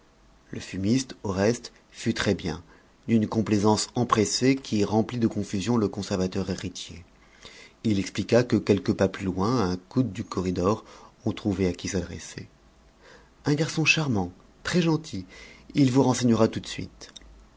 le fumiste au reste fut très bien d'une complaisance empressée qui remplit de confusion le conservateur héritier il expliqua que quelques pas plus loin à un coude du corridor on trouvait à qui s'adresser un garçon charmant très gentil il vous renseignera tout de suite